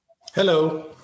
Hello